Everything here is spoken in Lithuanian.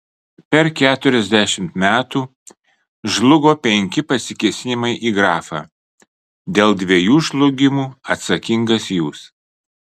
per keturiasdešimt metų žlugo penki pasikėsinimai į grafą dėl dviejų žlugimo atsakingas jūs